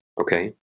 Okay